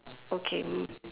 okay